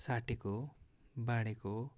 साटेको बाँढेको